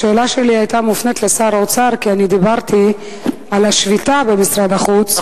השאלה שלי היתה מופנית לשר האוצר כי דיברתי על השביתה במשרד החוץ ,